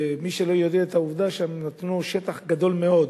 ומי שלא יודע את העובדה, הם נתנו שטח גדול מאוד